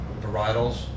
varietals